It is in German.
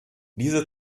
diese